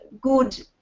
good